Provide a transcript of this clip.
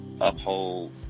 Uphold